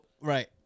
right